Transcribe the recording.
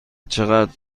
چقدر